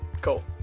Cool